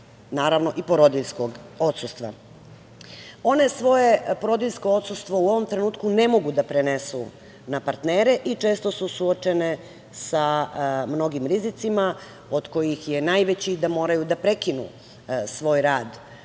naravno i porodiljskog odsustva. One svoje porodiljsko odsustvo u ovom trenutku ne mogu da prenesu na partnere i često su suočene sa mnogim rizicima od kojih je najveći da moraju da prekinu svoj rad u